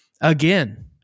Again